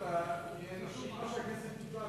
מה שהכנסת תקבע.